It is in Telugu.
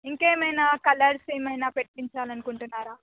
ఇంకేమైనా కలర్స్ ఏమైనా పెట్టించాలనుకుంటున్నారా